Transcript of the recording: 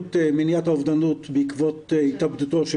לפעילות מניעת האובדנות בעקבות התאבדותו של